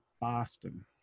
Boston